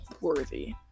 worthy